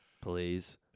Please